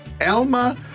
Elma